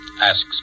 Asks